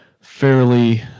fairly